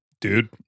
Dude